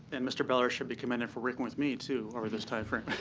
and mr. beller should be commended for working with me, too, over this time frame.